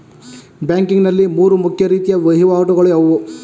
Banking ನಲ್ಲಿ ಮೂರು ಮುಖ್ಯ ರೀತಿಯ ವಹಿವಾಟುಗಳು ಯಾವುವು?